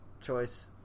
choice